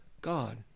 God